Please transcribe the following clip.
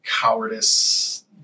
cowardice